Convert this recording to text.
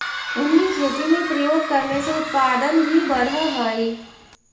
उन्हें खेती में प्रयोग करने से उत्पादन भी बढ़अ हई